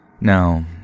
Now